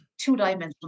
two-dimensional